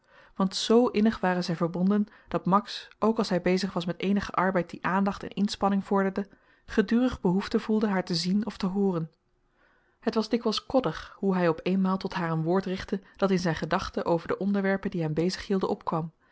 want z innig waren zy verbonden dat max ook als hy bezig was met eenigen arbeid die aandacht en inspanning vorderde gedurig behoefte voelde haar te zien of te hooren het was dikwyls koddig hoe hy op eenmaal tot haar een woord richtte dat in zyn gedachten over de onderwerpen die hem bezig hielden opkwam